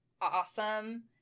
awesome